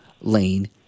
lane